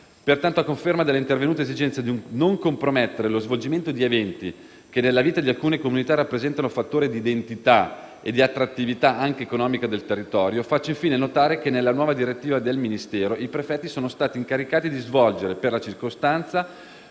Peraltro, a conferma della intervenuta esigenza di non compromettere lo svolgimento di eventi che nella vita di alcune comunità rappresentano fattore dì identità e di attrattività anche economica del territorio, faccio, infine, notare che nella nuova direttiva del Ministero i prefetti sono stati incaricati di svolgere per la circostanza